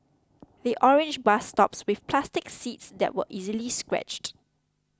the orange bus stops with plastic seats that were easily scratched